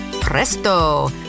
presto